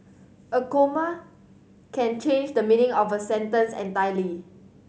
a comma can change the meaning of a sentence entirely